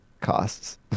costs